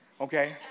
Okay